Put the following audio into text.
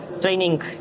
training